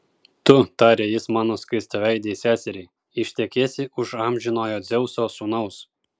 tu tarė jis mano skaistaveidei seseriai ištekėsi už amžinojo dzeuso sūnaus